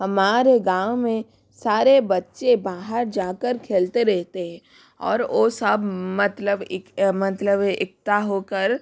हमारे गाँव में सारे बच्चे बाहर जा कर खेलते रहते हैं और वो सब मतलब एक मतलब एकता हो कर